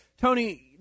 Tony